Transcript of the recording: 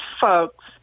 folks